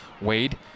Wade